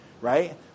right